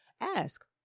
Ask